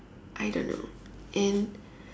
I don't know and